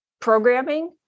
programming